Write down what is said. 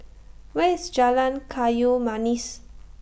Where IS Jalan Kayu Manis